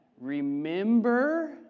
remember